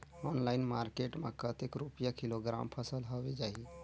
Online market मां कतेक रुपिया किलोग्राम फसल हवे जाही?